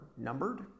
numbered